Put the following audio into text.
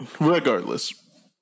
regardless